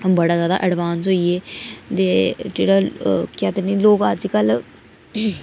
ओह् बड़ा जादा एडबांस होइयै ते जेह्ड़ा केह् आखदे न लोक अजकल